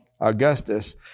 Augustus